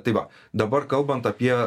tai va dabar kalbant apie